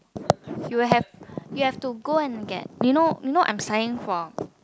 you will have you have to go and get you know you know I'm studying for